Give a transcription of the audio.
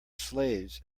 slaves